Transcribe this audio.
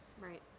Right